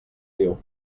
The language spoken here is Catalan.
viu